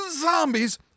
Zombies